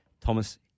Thomas